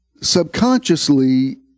subconsciously